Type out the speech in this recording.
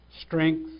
strength